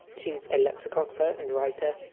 she! s a lexicographer and writer,